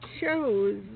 shows